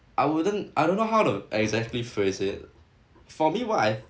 I wouldn't I don't know how to exactly phrase it for me what I